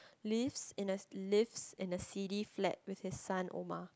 lives in a lives in a seedy flat with his son Omar